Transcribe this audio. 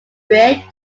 bridge